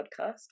podcast